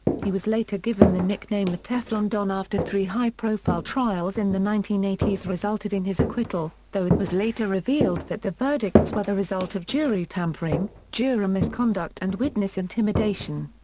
he was later given the nickname the teflon don after three high-profile trials in the nineteen eighty s resulted in his acquittal, though it was later revealed that the verdicts were the result of jury tampering, juror misconduct and witness intimidation.